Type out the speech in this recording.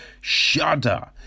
Shudder